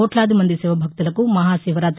కోట్లాది మంది శివ భక్తులకు మహా శివరాతి